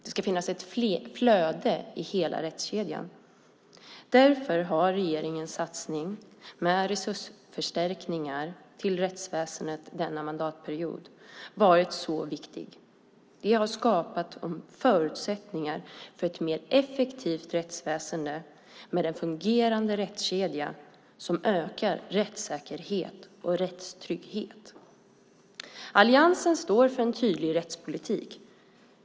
Det ska finnas ett flöde i hela rättskedjan. Därför har regeringens satsning med resursförstärkningar till rättsväsendet denna mandatperiod varit så viktig. Det har skapat förutsättningar för ett mer effektivt rättsväsen med en fungerande rättskedja som ökar rättssäkerheten och rättstryggheten. Alliansen står för en tydlig rättspolitik.